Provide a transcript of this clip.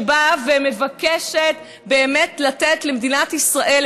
שבאה ומבקשת באמת לתת למדינת ישראל,